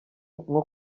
nko